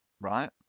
right